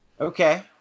Okay